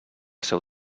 seu